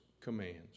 commands